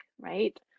right